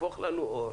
שפוך לנו אור